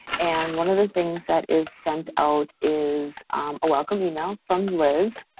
and one of the things that is sent out is a welcome email from liz,